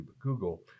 Google